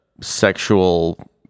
sexual